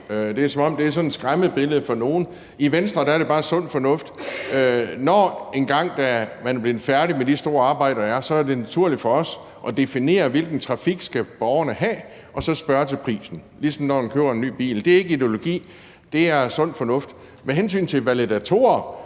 Det er, som om det sådan er et skræmmebillede for nogen. I Venstre er det bare sund fornuft. Når engang man er blevet færdig med de store arbejder, der er, er det naturligt for os at definere, hvilken trafik borgerne skal have, og så spørge til prisen, ligesom når man køber en ny bil. Det er ikke ideologi, det er sund fornuft. Med hensyn til validatorer